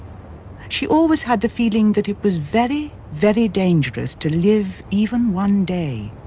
she always had the feeling that it was very, very dangerous to live even one day.